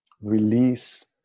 release